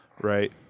right